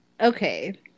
okay